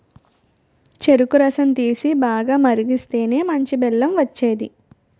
చెరుకు రసం తీసి, బాగా మరిగిస్తేనే మంచి బెల్లం వచ్చేది